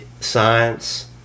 science